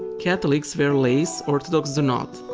catholics wear lace, orthodox do not.